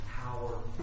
power